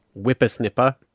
Whippersnipper